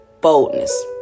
boldness